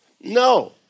No